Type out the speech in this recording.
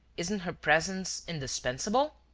isn't her presence indispensable?